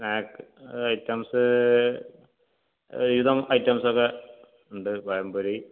snack items ഒരുവിധം ഐറ്റംസ്സക്കെ ഉണ്ട് പഴമ്പൊരീ